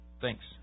Thanks